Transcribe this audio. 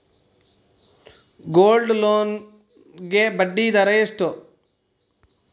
Gold loan ಗೆ ಬಡ್ಡಿ ದರ ಎಷ್ಟು?